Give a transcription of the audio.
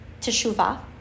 teshuvah